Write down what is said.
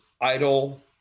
idle